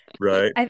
Right